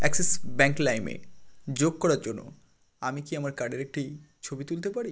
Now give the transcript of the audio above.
Axis bank লাইমে যোগ করার জন্য আমি কি আমার কার্ডের একটি ছবি তুলতে পারি